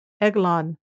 Eglon